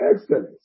excellence